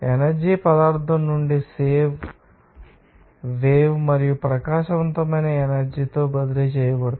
energy పదార్ధం నుండి wave మరియు ప్రకాశవంతమైన ఎనర్జీ తో బదిలీ చేయబడుతుంది